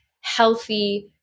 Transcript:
healthy